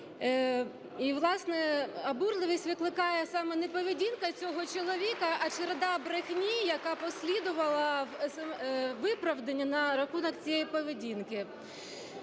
і, власне, обурливість викликає саме не поведінка цього чоловіка, а череда брехні, яка послідувала у виправдання на рахунок цієї поведінки.